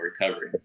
recovery